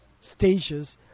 stages